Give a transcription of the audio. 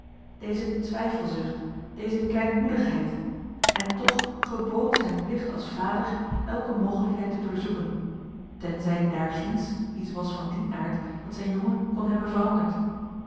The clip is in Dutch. deze twijfelzucht deze kleinmoedigheid en toch gebd zijn plicht als vader elke mogelijkheid te doorzoeken tenzij daarginds iets was van dien aard dat zijn jongen kon hebben veranderd